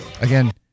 Again